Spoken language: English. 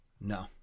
No